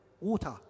Water